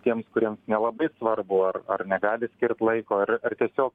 tiems kuriems nelabai svarbu ar ar negali skirt laiko ar ar tiesiog